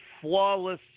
Flawless